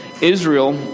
Israel